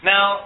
Now